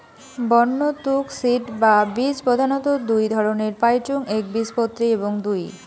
বন্য তুক সিড বা বীজ প্রধানত দুই ধরণের পাইচুঙ একবীজপত্রী এবং দুই